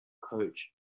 coach